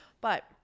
But-